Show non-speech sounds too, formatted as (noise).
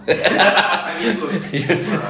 (laughs)